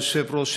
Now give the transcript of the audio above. היושב-ראש,